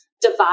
divide